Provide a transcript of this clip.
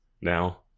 now